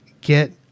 get